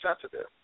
sensitive